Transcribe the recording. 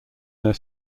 their